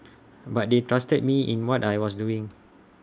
but they trusted me in what I was doing